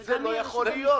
זה לא יכול להיות.